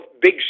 big